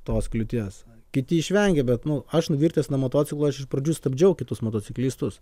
tos kliūties kiti išvengė bet nu aš nuvirtęs nuo motociklo aš iš pradžių stabdžiau kitus motocikliukus